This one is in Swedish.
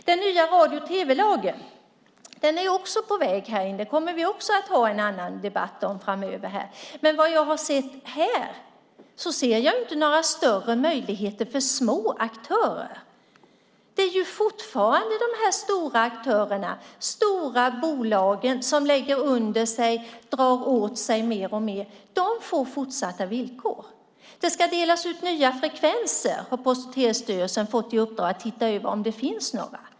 Den nya radio och tv-lagen kommer vi också att ha en annan debatt om framöver. Men vad jag har sett här är inte att den skulle innebära några större möjligheter för små aktörer. Det är fortfarande de stora aktörerna, stora bolag, som lägger under sig och drar till sig mer och mer. De får fortsatta villkor. Det ska delas ut nya frekvenser, och Post och telestyrelsen har fått i uppdrag att se efter om det finns några.